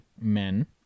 men